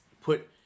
put